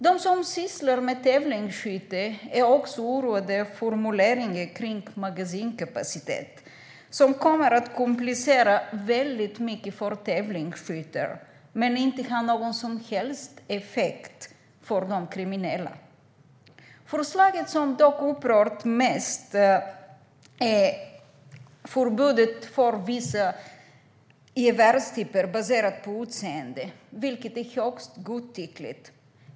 De som sysslar med tävlingsskytte är också oroade för att formuleringen kring magasinkapacitet kommer att komplicera väldigt mycket för tävlingsskyttar, men inte ha någon som helst effekt på de kriminella. Förslaget som dock har upprört mest är förbudet för vissa gevärstyper baserat på utseende, vilket är högst godtyckligt.